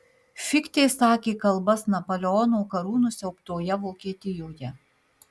fichtė sakė kalbas napoleono karų nusiaubtoje vokietijoje